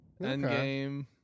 endgame